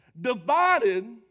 divided